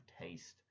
taste